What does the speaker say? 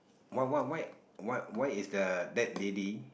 why why why why why is the that lady